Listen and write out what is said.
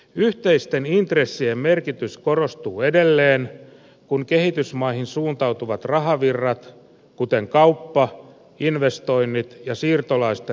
yhteisten intressien merkitys korostuu edelleen kun kehitysmaihin suuntautuvat rahavirrat kuten kauppa investoinnit ja siirtolaisten rahalähetykset kasvavat